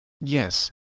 Yes